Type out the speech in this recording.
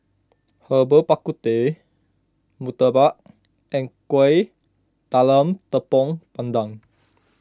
Herbal Bak Ku Teh Murtabak and Kuih Talam Tepong Pandan